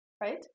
Right